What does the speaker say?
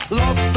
love